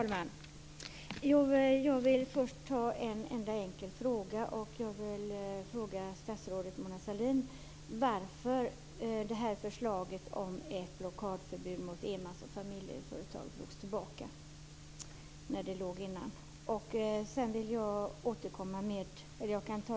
Fru talman! Jag vill först ställa en enkel fråga. Jag vill fråga statsrådet Mona Sahlin varför förslaget om blockadförbud mot enmans och familjeföretag drogs tillbaka.